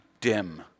dim